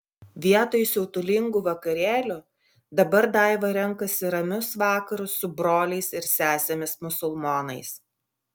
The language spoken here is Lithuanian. vietoj siautulingų vakarėlių dabar daiva renkasi ramius vakarus su broliais ir sesėmis musulmonais